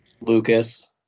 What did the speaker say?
Lucas